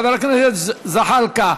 חבר הכנסת זחאלקה,